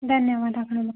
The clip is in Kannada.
ಧನ್ಯವಾದಗಳು